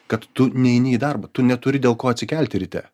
kad tu neini į darbą tu neturi dėl ko atsikelti ryte